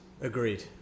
Agreed